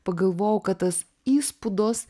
pagalvojau kad tas įspūdos